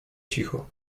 cicho